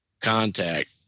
contact